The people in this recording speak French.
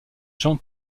jean